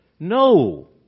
No